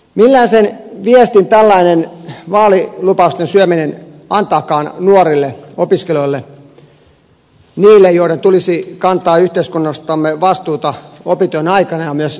millaisen viestin tällainen vaalilupausten syöminen antaakaan nuorille opiskelijoille niille joiden tulisi kantaa yhteiskunnastamme vastuuta opintojen aikana ja myös niiden jälkeen